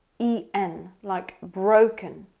e n. like, broken.